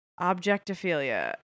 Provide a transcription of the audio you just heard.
objectophilia